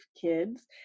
kids